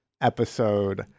episode